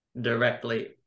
directly